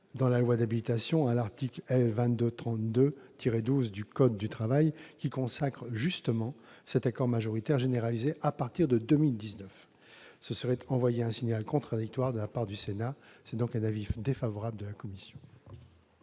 dans la loi d'habilitation, à l'article L. 2232-12 du code du travail, qui consacre justement cet accord majoritaire, généralisé à partir de 2019. Ce serait envoyer un signal contradictoire de la part du Sénat. La commission a donc émis un avis défavorable. Quel est